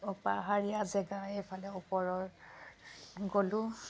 আকৌ পাহাৰীয়া জেগা এইফালে ওপৰৰ গ'লোঁ